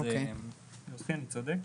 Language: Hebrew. אני צודק?